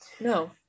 No